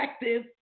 effective